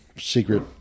secret